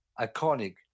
iconic